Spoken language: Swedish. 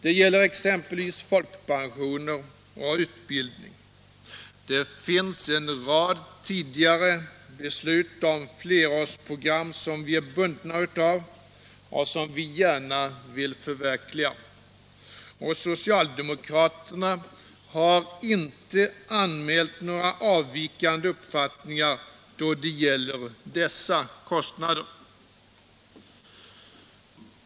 Det gäller exempelvis folkpensioner och utbildning. Det finns en rad tidigare beslut om flerårsprogram som vi är bundna av och som vi gärna vill förverkliga. Och socialdemokraterna har inte anmält några avvikande uppfattningar då det gäller dessa kostnader.